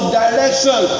direction